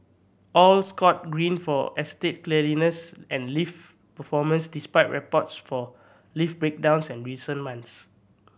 all scored Green for estate cleanliness and lift performance despite reports for lift breakdowns and recent months